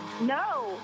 No